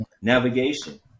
Navigation